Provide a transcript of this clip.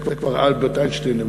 זה כבר אלברט איינשטיין,